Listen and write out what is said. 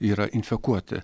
yra infekuoti